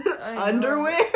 Underwear